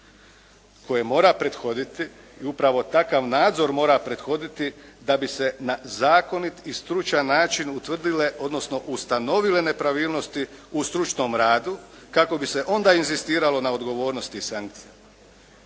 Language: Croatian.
kojem mora prethoditi i upravo takav nadzor mora prethoditi da bi se na zakonit i stručan način utvrdile, odnosno ustanovile nepravilnosti u stručnom radu kako bi se onda inzistiralo na odgovornosti i sankcijama.